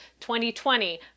2020